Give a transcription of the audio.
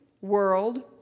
world